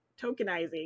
tokenizing